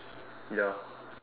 ya